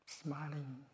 smiling